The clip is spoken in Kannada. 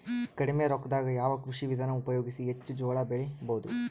ಕಡಿಮಿ ರೊಕ್ಕದಾಗ ಯಾವ ಕೃಷಿ ವಿಧಾನ ಉಪಯೋಗಿಸಿ ಹೆಚ್ಚ ಜೋಳ ಬೆಳಿ ಬಹುದ?